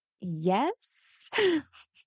Yes